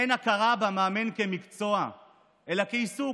אין הכרה במאמן כמקצוע אלא כעיסוק.